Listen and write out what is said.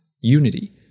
Unity